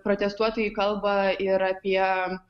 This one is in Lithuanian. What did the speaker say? protestuotojai kalba yra apie